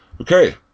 okay